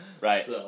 right